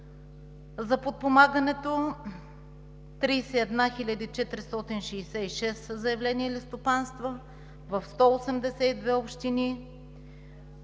за подпомагането: 31 466 заявления или стопанства в 182 общини,